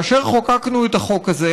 כאשר חוקקנו את החוק הזה,